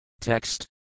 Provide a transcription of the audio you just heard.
Text